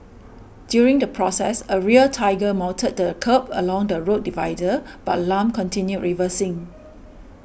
during the process a rear tiger mounted the kerb along the road divider but Lam continued reversing